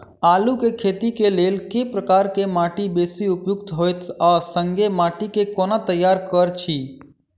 आलु केँ खेती केँ लेल केँ प्रकार केँ माटि बेसी उपयुक्त होइत आ संगे माटि केँ कोना तैयार करऽ छी?